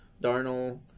Darnold